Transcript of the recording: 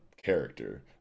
character